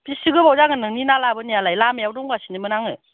बिसि गोबाव जागोन नोंनि ना लाबोनायालाय लामायाव दंगासिनो मोन आङो